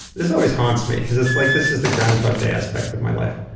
this always haunts me, because it's like, this is the groundhog day aspect of my life.